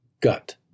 gut